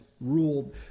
ruled